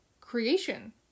creation